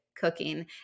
cooking